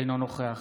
אינו נוכח